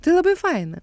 tai labai faina